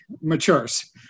matures